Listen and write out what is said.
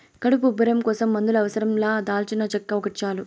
కడుపు ఉబ్బరం కోసం మందుల అవసరం లా దాల్చినచెక్క ఒకటి చాలు